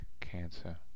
cancer